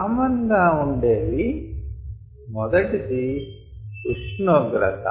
common గా ఉండే వి మొదటిది ఉష్ణోగ్రత